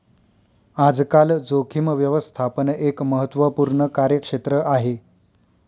आजकाल जोखीम व्यवस्थापन एक महत्त्वपूर्ण कार्यक्षेत्र आहे